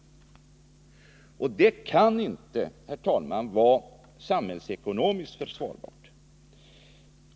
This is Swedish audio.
Det kan inte, herr talman, vara samhällsekonomiskt försvarbart.